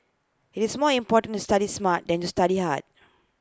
IT is more important to study smart than to study hard